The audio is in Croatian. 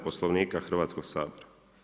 Poslovnika Hrvatskog sabora.